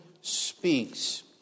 speaks